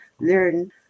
learn